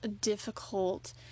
difficult